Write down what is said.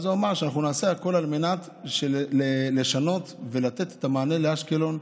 אז הוא אמר שאנחנו נעשה הכול כדי לשנות ולתת את המענה לאשקלון.